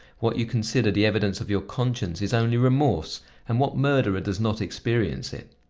what you consider the evidence of your conscience is only remorse and what murderer does not experience it?